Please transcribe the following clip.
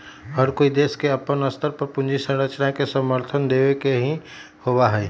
हर कोई देश के अपन स्तर पर पूंजी संरचना के समर्थन देवे के ही होबा हई